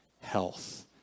health